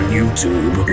youtube